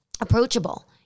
approachable